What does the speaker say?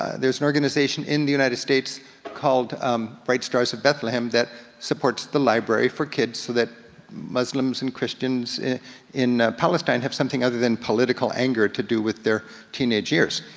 there's an organization in the united states called um bright stars of bethlehem that supports the library for kids so that muslims and christians in palestine have something other than political anger to do with their teenage years.